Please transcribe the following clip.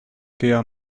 keer